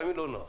לפעמים לא נוח.